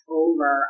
over